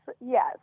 yes